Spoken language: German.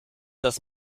das